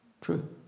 true